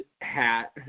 hat